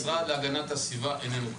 והמשרד להגנת הסביבה איננו כאן.